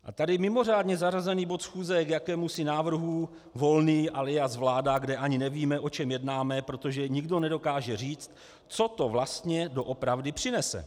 A tady mimořádně zařazený bod schůze k jakémusi návrhu Volný, alias vláda, kde ani nevíme, o čem jednáme, protože nikdo nedokáže říct, co to vlastně doopravdy přinese.